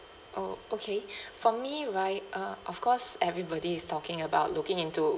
oh okay for me right uh of course everybody is talking about looking into